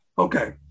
Okay